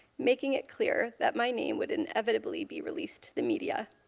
making it clear that my name would inevitably be released to the media.